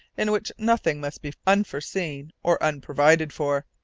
in which nothing must be unforeseen or unprovided for.